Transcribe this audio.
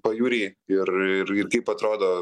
pajūry ir ir kaip atrodo